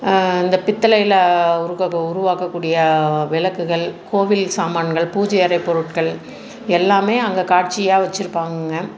இந்த பித்தளையில் உருவாக்க உருவாக்கக்கூடிய விளக்குகள் கோவில் சாமான்கள் பூஜை அறை பொருட்கள் எல்லாம் அங்கே காட்சியாக வச்சுருப்பாங்கங்க